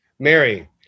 Mary